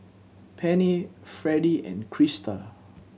Penni Freddy and Krista